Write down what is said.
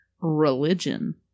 religion